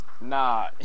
Nah